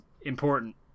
important